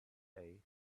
day